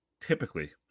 typically